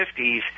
1950s